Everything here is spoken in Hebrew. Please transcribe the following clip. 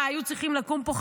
מה היו צריכים לקום פה,